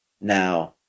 Now